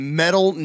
metal